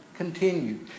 continued